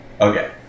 Okay